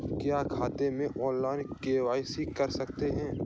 क्या खाते में ऑनलाइन के.वाई.सी कर सकते हैं?